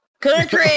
Country